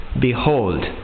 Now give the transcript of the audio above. Behold